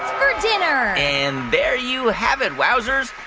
for dinner and there you have it, wowzers.